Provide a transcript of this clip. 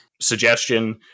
suggestion